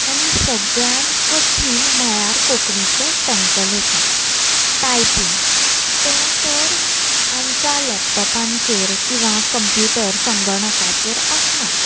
आनी सगळ्यान कठीण म्हळ्यार कोंकणीचें टंकलेखन टायपींग तें तर आमच्या लॅपटॉपांचेर किंवां कंप्युटर संगणकाचेर आसना